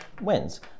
wins